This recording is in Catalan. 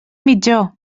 mitjó